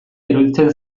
iruditzen